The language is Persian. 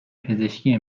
پزشکی